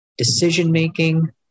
Decision-making